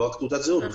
לא רק תעודת זהות,